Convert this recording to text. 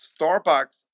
Starbucks